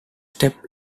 step